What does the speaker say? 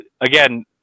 again